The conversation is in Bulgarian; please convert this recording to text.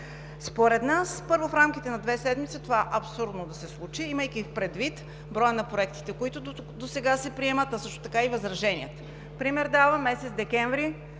Според нас, първо, в рамките на две седмици това е абсурдно да се случи, имайки предвид броя на проектите, които досега се приемат, а и възраженията. Давам пример: през месец декември